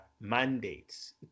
mandates